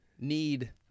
need